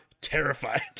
terrified